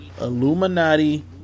Illuminati